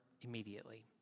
immediately